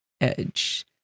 Edge